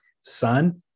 son